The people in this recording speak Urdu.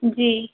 جی